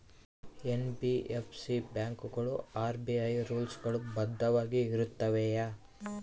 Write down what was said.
NBFC ಬ್ಯಾಂಕುಗಳು RBI rules ಗಳು ಬದ್ಧವಾಗಿ ಇರುತ್ತವೆಯ?